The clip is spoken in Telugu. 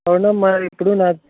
అవునమ్మ ఎప్పుడు నా